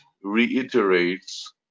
reiterates